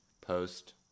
post